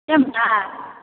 camera